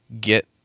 get